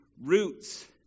roots